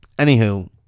Anywho